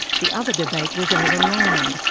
the other debate was over land,